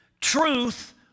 truth